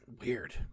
Weird